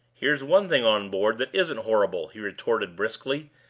here's one thing on board that isn't horrible, he retorted briskly,